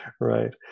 right